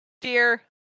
dear